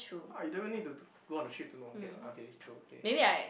no ah you don't even need to go on the trip to know lah okay true okay